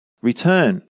Return